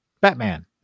Batman